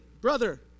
brother